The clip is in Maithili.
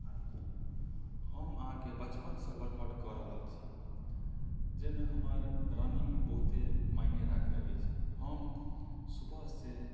हम अहाँकेँ बचपनसँ वर्कआउट कऽ रहल छी जाहिमे हमर रन्निंग बहुते मायने राखै अछि हम सुबह से